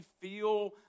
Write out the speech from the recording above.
feel